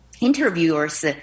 interviewers